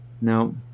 No